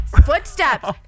Footsteps